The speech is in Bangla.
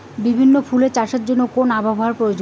বিভিন্ন ফুল চাষের জন্য কোন আবহাওয়ার প্রয়োজন?